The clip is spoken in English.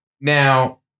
Now